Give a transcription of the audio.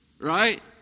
Right